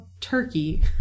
turkey